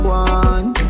one